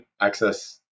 access